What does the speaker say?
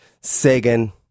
Sagan